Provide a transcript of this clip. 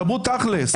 דברו תכל'ס.